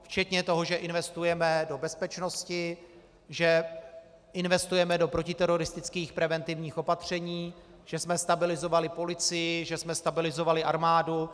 Včetně toho, že investujeme do bezpečnosti, že investujeme do protiteroristických preventivních opatření, že jsme stabilizovali policii, že jsme stabilizovali armádu.